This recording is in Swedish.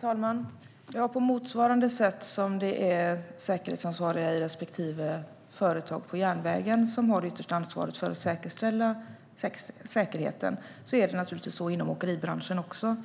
Herr talman! På motsvarande sätt som det är säkerhetsansvariga i respektive företag på järnvägen som har det yttersta ansvaret för att säkerställa säkerheten är det naturligtvis så inom åkeribranschen också.